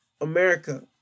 America